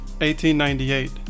1898